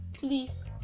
please